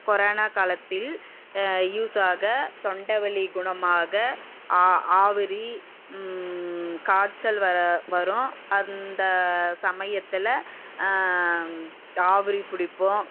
corona காலத்தில் use ஆக தொண்டைவலி குணமாக ஆ ஆவி காய்ச்சல் வரும் அந்த சமயத்தில் ஆவி பிடிப்போம்